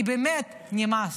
כי באמת נמאס.